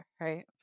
right